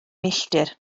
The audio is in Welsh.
milltir